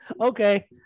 okay